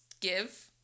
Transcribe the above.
give